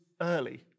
early